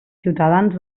ciutadans